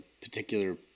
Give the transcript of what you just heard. particular